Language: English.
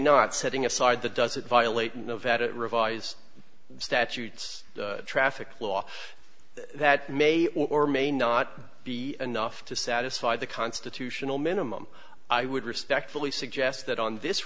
not setting aside the does it violate nevada revised statutes traffic law that may or may not be enough to satisfy the constitutional minimum i would respectfully suggest that on this